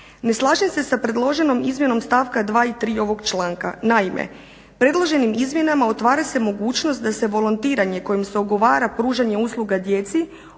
Ne slažem se sa predloženom izmjenom stavka 2 i 3 ovog članka. Naime predloženim izmjenama otvara se mogućnost kojim se volontiranje kojim se ugovara pružanje usluga djeci